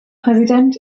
präsident